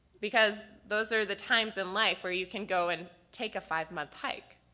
because those are the times in life where you can go and take a five month hike.